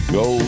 go